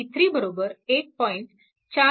769 V आणि v3 1